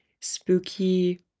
spooky